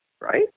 right